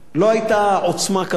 לא היתה עוצמה כזאת,